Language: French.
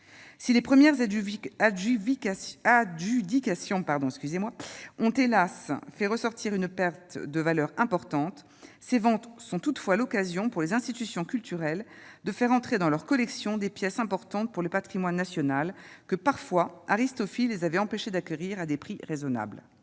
pardon, excusez-moi ont hélas fait ressortir une perte de valeur importante, ses ventes sont toutefois l'occasion pour les institutions culturelles de faire entrer dans leur collection des pièces importantes pour le Patrimoine national que parfois Aristophil les avaient empêchés d'acquérir à des prix raisonnables,